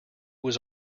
was